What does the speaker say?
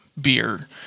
beer